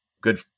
Good